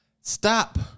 Stop